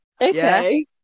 Okay